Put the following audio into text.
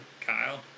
Kyle